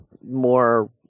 more